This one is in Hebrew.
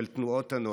של תנועת הנוער,